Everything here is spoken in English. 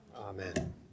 Amen